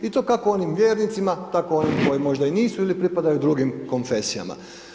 I to kako onim vjernicima, tako onim koji možda i nisu ili pripadaju drugim konfesijama.